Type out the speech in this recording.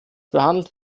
behandelt